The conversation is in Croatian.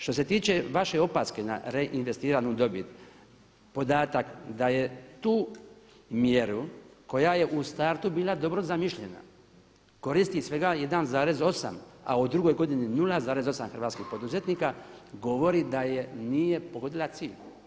Što se tiče vaše opaske na reinvestiranu dobit podatak da je tu mjeru koja je u startu bila dobro zamišljena, koristiti svega 1,8 a u drugoj godini 0,8 hrvatskih poduzetnika govori da nije pogodila cilj.